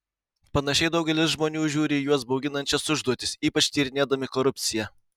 panašiai daugelis žmonių žiūri į juos bauginančias užduotis ypač tyrinėdami korupciją